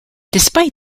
despite